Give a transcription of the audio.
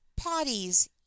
potties